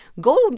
go